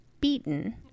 beaten